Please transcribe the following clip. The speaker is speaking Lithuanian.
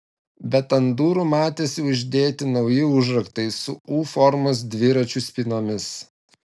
bet ant durų matėsi uždėti nauji užraktai su u formos dviračių spynomis